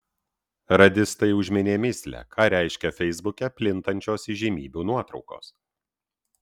radistai užminė mįslę ką reiškia feisbuke plintančios įžymybių nuotraukos